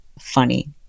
funny